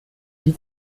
die